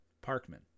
Parkman